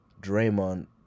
Draymond